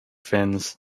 fins